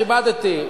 כיבדתי.